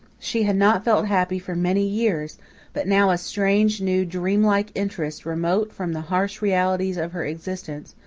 she had not felt happy for many years but now a strange, new, dream-like interest, remote from the harsh realities of her existence,